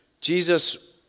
Jesus